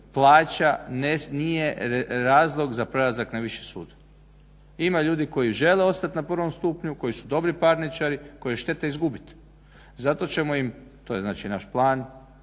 plaća nije razlog za prelazak na viši sud. Ima ljudi koji žele ostat na prvom stupnju koji su dobri parničari, koje je šteta izgubit. Zato ćemo im, to je znači naš plan,